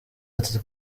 ati